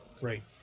Right